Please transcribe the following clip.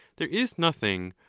there is nothing,